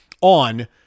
on